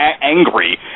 angry